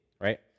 right